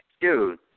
Dude